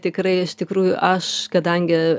tikrai iš tikrųjų aš kadangi